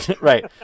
Right